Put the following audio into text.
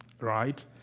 right